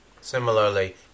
Similarly